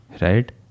right